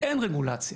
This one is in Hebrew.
אין רגולציה.